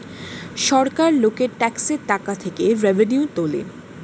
সরকার লোকের ট্যাক্সের টাকা থেকে রেভিনিউ তোলে